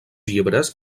llibres